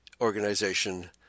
organization